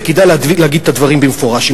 וכדאי להגיד את הדברים במפורש.